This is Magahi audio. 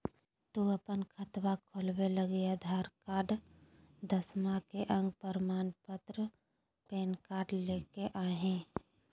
तू अपन खतवा खोलवे लागी आधार कार्ड, दसवां के अक प्रमाण पत्र, पैन कार्ड ले के अइह